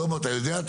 שלמה אתה יודע?